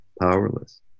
powerless